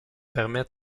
permet